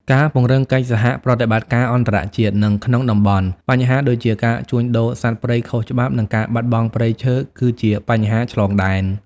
ការពង្រឹងកិច្ចសហប្រតិបត្តិការអន្តរជាតិ និងក្នុងតំបន់ បញ្ហាដូចជាការជួញដូរសត្វព្រៃខុសច្បាប់ និងការបាត់បង់ព្រៃឈើ គឺជាបញ្ហាឆ្លងដែន។